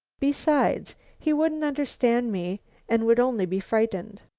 besides, he wouldn't understand me and would only be frightened.